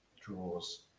draws